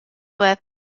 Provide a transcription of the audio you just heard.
with